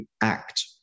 act